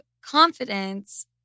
confidence